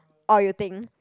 or you think